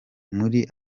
muri